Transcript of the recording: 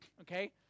okay